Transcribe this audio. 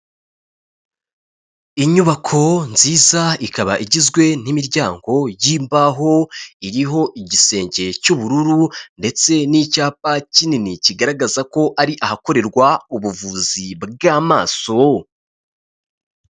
Inyubako nziza ikaba igizwe n'imiryango y'imbaho iriho igisenge cy'ubururu, ndetse n'icyapa kinini kigaragaza ko ari ahakorerwa, ubuvuzi bw'amaso.